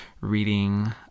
reading